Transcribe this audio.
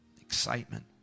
excitement